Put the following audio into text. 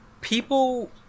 people